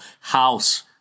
house